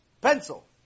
Pencil